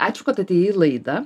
ačiū kad atėjai į laidą